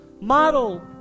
model